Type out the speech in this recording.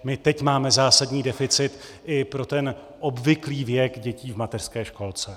My teď máme zásadní deficit i pro ten obvyklý věk dětí v mateřské školce.